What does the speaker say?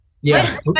yes